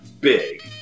big